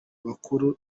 bakuru